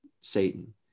Satan